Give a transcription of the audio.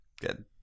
good